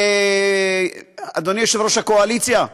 אדוני יושב-ראש הקואליציה,